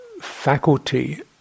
faculty